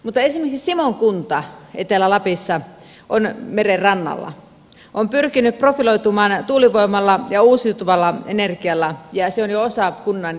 esimerkiksi simon kunta etelä lapissa meren rannalla on pyrkinyt profiloitumaan tuulivoimalla ja uusiutuvalla energialla ja se on jo osa kunnan imagoa